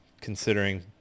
considering